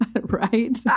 Right